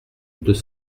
deux